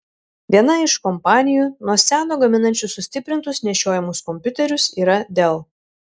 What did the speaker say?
viena iš kompanijų nuo seno gaminančių sustiprintus nešiojamus kompiuterius yra dell